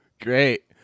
great